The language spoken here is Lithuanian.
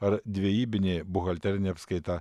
ar dvejybinė buhalterinė apskaita